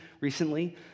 recently